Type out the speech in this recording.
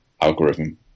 algorithm